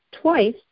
twice